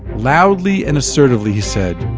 loudly and assertively he said,